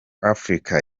africa